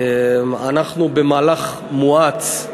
אנחנו במהלך מואץ,